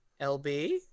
LB